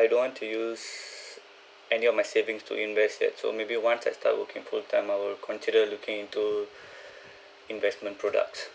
I don't want to use any of my savings to invest that so maybe once I start working full-time I will consider looking into investment products